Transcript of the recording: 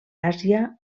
àsia